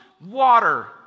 water